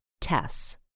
Tess